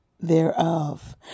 Thereof